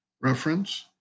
Reference